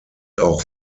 auch